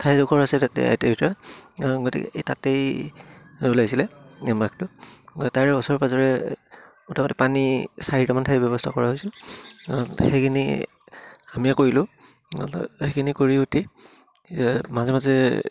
ঠাইডোখৰ আছিলে তাতে আই আই টি ভিতৰত গতিকে এই তাতেই ওলাইছিলে এই বাঘটো তাৰে ওচৰে পাঁজৰে মুটামুটি পানী চাৰিটামান ঠাইৰ ব্যৱস্থা কৰা হৈছিল সেইখিনি আমিয়ে কৰিলোঁ সেইখিনি কৰি উঠি মাজে মাজে